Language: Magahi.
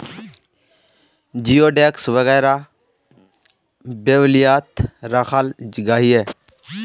जिओडेक्स वगैरह बेल्वियात राखाल गहिये